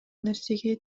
нерсеге